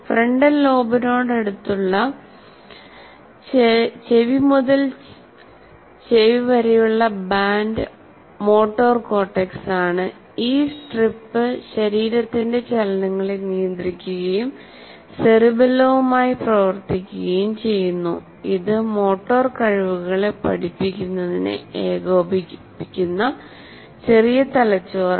frontal ലോബിനടുത്തുള്ള ചെവി മുതൽ ചെവി വരെയുള്ള ബാൻഡ് മോട്ടോർ കോർട്ടെക്സാണ് ഈ സ്ട്രിപ്പ് ശരീരത്തിന്റെ ചലനങ്ങളെ നിയന്ത്രിക്കുകയും സെറിബെല്ലവുമായി പ്രവർത്തിക്കുകയും ചെയ്യുന്നു ഇത് മോട്ടോർ കഴിവുകൾ പഠിക്കുന്നതിനെ ഏകോപിപ്പിക്കുന്ന ചെറിയ തലച്ചോറാണ്